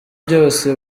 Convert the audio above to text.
byose